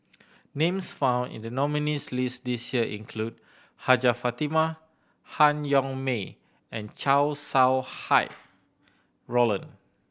names found in the nominees' list this year include Hajjah Fatimah Han Yong May and Chow Sau Hai Roland